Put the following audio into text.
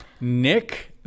Nick